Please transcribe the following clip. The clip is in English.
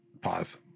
pause